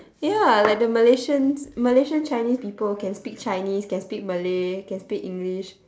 ya like the malaysians malaysian chinese people can speak chinese can speak malay can speak english